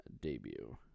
debut